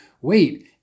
wait